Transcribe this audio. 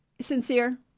sincere